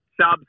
subs